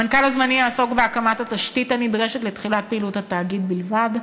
המנכ"ל הזמני יעסוק בהקמת התשתית הנדרשת לתחילת פעילות התאגיד בלבד,